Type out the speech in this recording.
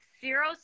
zero